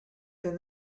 then